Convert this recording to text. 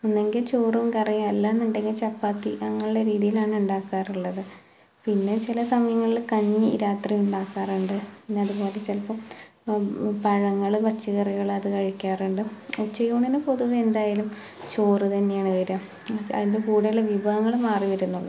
ഒന്നെങ്കിൽ ചോറും കറിയും അല്ല എന്നുണ്ടെങ്കിൽ ചപ്പാത്തി അങ്ങനെയുള്ള രീതിയിലാണ് ഉണ്ടാക്കാറുള്ളത് പിന്നെ ചില സമയങ്ങളിൽ കഞ്ഞി രാത്രി ഉണ്ടാക്കാറുണ്ട് പിന്നെ അതുപോലെ ചിലപ്പം പഴങ്ങൾ പച്ചക്കറികൾ അത് കഴിക്കാറുണ്ട് ഉച്ചയൂണിന് പൊതുവേ എന്തായാലും ചോറ് തന്നെയാണ് വരിക അതിൻ്റെ കൂടെയുള്ള വിഭവങ്ങൾ മാറി വരുമെന്നെ ഉള്ളൂ